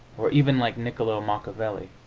or even like niccolo machiavelli!